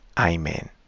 Amen